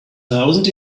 thousand